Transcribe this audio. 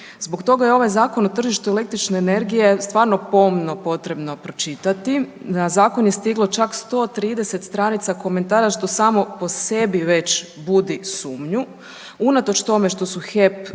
Zbog toga je ovaj Zakon o tržištu električne energije stvarno pomno potrebno pročitati. Na zakon je stiglo čak 130 stranica komentara što samo po sebi već budi sumnju unatoč tome što su HEP